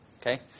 Okay